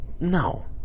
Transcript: no